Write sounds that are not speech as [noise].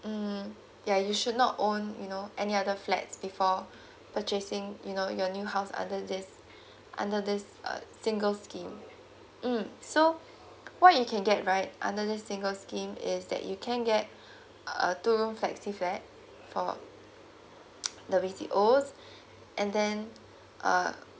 mm ya you should not own you know any other flats before purchasing you know your new house under this under this uh single scheme mm so what you can get right under this singles scheme is that you can get uh two room flexi flat for [noise] the B_T_O and then uh